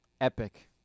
Epic